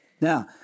Now